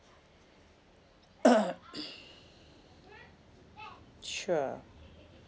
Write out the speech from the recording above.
sure